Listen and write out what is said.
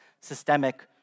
systemic